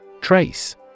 Trace